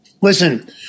Listen